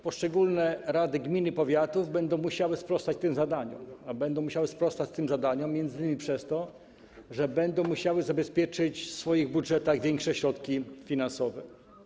Poszczególne rady gmin i powiatów będą musiały sprostać tym zadaniom, a będą musiały im sprostać, m.in. przez to, że będą musiały zabezpieczyć w swoich budżetach większe środki finansowe.